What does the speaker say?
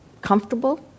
comfortable